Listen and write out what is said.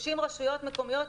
30 רשויות מקומיות,